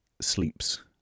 sleeps